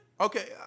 okay